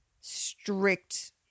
strict